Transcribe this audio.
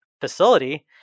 facility